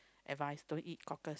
advice don't eat cockle